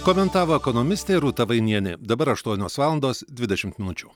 komentavo ekonomistė rūta vainienė dabar aštuonios valandos dvidešimt minučių